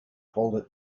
called